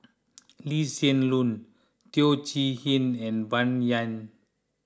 Lee Hsien Loong Teo Chee Hean and Bai Yan